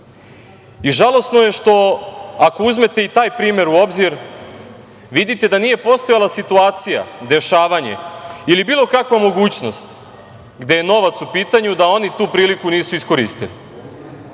dan. Žalosno je što, ako uzmete i taj primer u obzir, vidite da nije postojala situacija, dešavanje ili bilo kakva mogućnost gde je novac u pitanju da oni tu priliku nisu iskoristili. Neverovatno